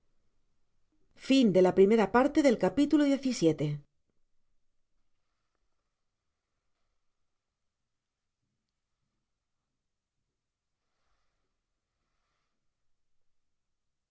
la primera parte la